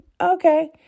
Okay